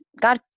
God